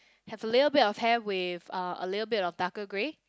have a little bit of hair with uh a little bit of darker grey